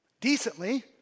Decently